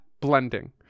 blending